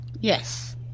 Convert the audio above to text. Yes